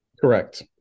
Correct